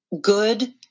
good